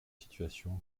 situation